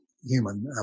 human